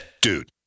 Dude